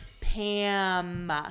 Pam